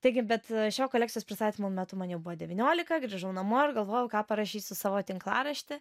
taigi bet šio kolekcijos pristatymo metu man jau buvo devyniolika grįžau namo ir galvojau ką parašysiu savo tinklarašty